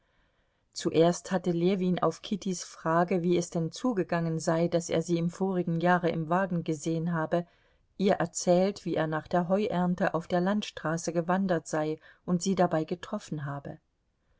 zuerst hatte ljewin auf kittys frage wie es denn zugegangen sei daß er sie im vorigen jahre im wagen gesehen habe ihr erzählt wie er nach der heuernte auf der landstraße gewandert sei und sie dabei getroffen habe